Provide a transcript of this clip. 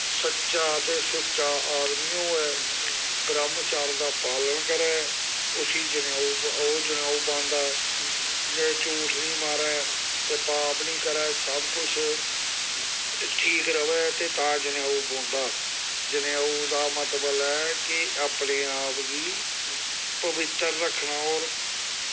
सच्चा ते सुच्चा आदमी होऐ ब्रह्मचार्य दा पालन करै उसी जनेऊ ओह् जनेऊ पांदा जेह्ड़ा झूठ निं मारै ते पाप निं करै सबकुछ ठीक र'वै ते तां जनेऊ पौंदा जनेऊ दा मतबल ऐ कि अपने आप गी पवित्तर रक्खना होर